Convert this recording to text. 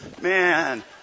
Man